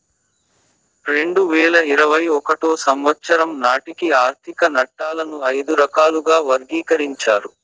రెండు వేల ఇరవై ఒకటో సంవచ్చరం నాటికి ఆర్థిక నట్టాలను ఐదు రకాలుగా వర్గీకరించారు